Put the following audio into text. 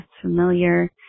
familiar